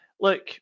Look